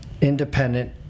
independent